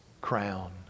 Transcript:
crown